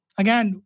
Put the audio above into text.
again